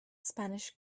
spanish